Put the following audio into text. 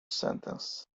sentence